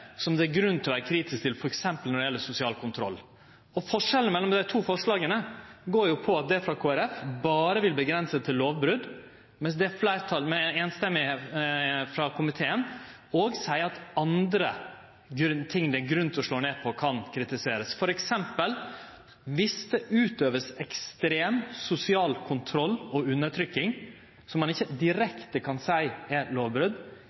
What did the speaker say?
som det er grunn til å vere kritiske til, f.eks. det som gjeld sosial kontroll. Forskjellen mellom dei to forslaga går på at det frå Kristeleg Folkeparti berre vil vere avgrensa til lovbrot, mens det einstemmige fleirtalsforslaget frå komiteen seier at òg andre ting som det er grunn til å slå ned på, kan kritiserast. For eksempel: Viss det vert utøvd ekstrem sosial kontroll og undertrykking som ein ikkje direkte kan seie er